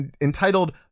entitled